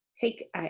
take